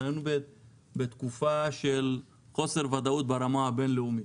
אנחנו היינו בתקופה של חוסר ודאות ברמה הבין-לאומית.